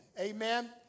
Amen